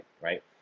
right